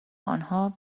آنها